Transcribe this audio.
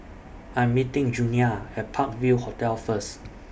I Am meeting Junia At Park View Hotel First